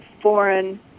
foreign